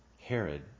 Herod